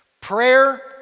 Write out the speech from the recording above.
prayer